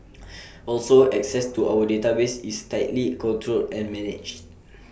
also access to our database is tightly controlled and managed